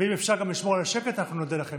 ואם אפשר גם לשמור על השקט, אנחנו נודה לכם.